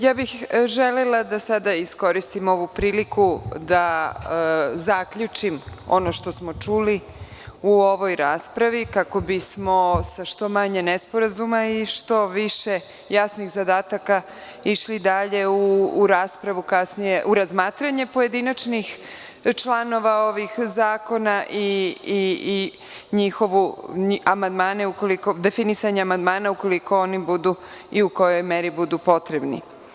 Ja bih želela da sada iskoristim ovu priliku da zaključim ono što smo čuli u ovoj raspravi, kako bi smo sa što manje nesporazuma i što više jasnih zadataka išli dalje u raspravu kasnije, u razmatranje pojedinačnih članova ovih zakona i definisanje amandmana ukoliko oni budu i u kojoj meri budu potrebni.